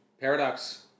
Paradox